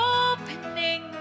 opening